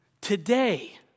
Today